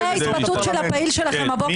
אחרי ההתבטאות של הפעיל שלכם הבוקר,